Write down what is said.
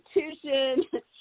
institution